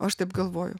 aš taip galvoju